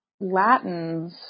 Latins